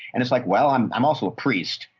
and it's like, well, i'm i'm also a priest.